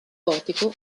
gotico